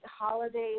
holidays